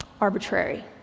arbitrary